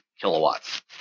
kilowatts